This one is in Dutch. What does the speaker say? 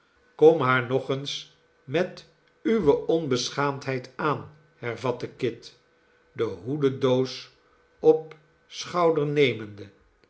kom haar nog eens met uwe onbeschaamdheid aan hervatte kit de hoededoos op schouder nemende